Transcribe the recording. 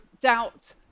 doubt